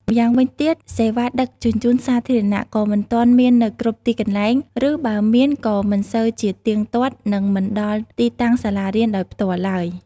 ម្យ៉ាងវិញទៀត សេវាដឹកជញ្ជូនសាធារណៈ ក៏មិនទាន់មាននៅគ្រប់ទីកន្លែង ឬបើមានក៏មិនសូវជាទៀងទាត់ និងមិនដល់ទីតាំងសាលារៀនដោយផ្ទាល់ឡើយ។